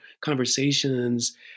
conversations